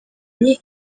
imbere